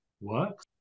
works